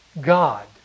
God